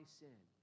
sin